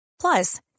Plus